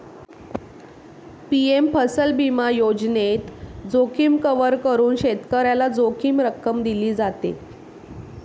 PM फसल विमा योजनेत, जोखीम कव्हर करून शेतकऱ्याला जोखीम रक्कम दिली जाते